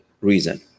reason